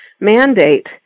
mandate